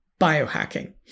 biohacking